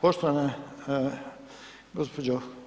Poštovana gđo.